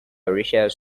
research